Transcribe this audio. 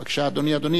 בבקשה, אדוני.